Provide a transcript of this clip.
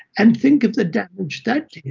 and think of the damage that did.